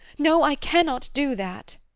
no, i cannot do that!